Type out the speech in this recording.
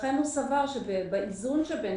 לכן הוא סבר שבאיזון שבין